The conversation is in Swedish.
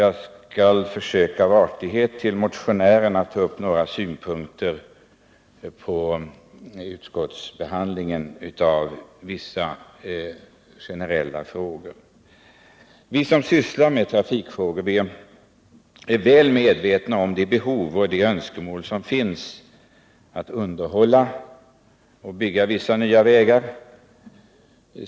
Jag skall försöka, av artighet mot motionärerna, att anföra några synpunkter på utskottsbehandlingen av vissa generella frågor. Vi som sysslar med trafikfrågor är väl medvetna om de behov och de önskemål som finns att underhålla befintliga vägar och bygga vissa nya.